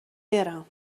برم